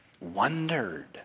wondered